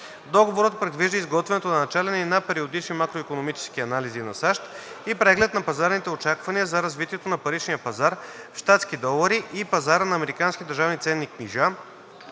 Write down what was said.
Договорът предвижда изготвянето на начален и на периодични макроикономически анализи на САЩ и преглед на пазарните очаквания за развитието на паричния пазар в щатски долари и пазара на американски държавни ценни книжа,